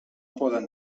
poden